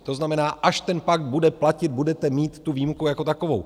To znamená, až ten pakt bude platit, budete mít tu výjimku jako takovou.